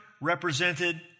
represented